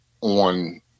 on